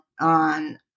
on